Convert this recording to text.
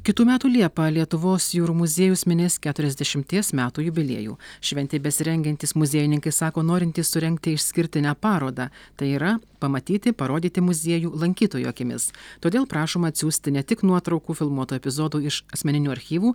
kitų metų liepą lietuvos jūrų muziejus minės keturiasdešimties metų jubiliejų šventei besirengiantys muziejininkai sako norintys surengti išskirtinę parodą tai yra pamatyti parodyti muziejų lankytojų akimis todėl prašoma atsiųsti ne tik nuotraukų filmuotų epizodų iš asmeninių archyvų